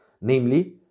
namely